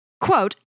Quote